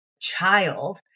child